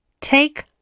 take